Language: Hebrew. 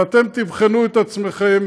אבל אתם תבחנו את עצמכם,